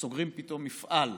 כשסוגרים פתאום מפעל,